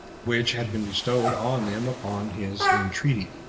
which had been bestowed on them upon his entreaty.